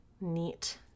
neat